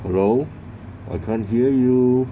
hello I can't hear you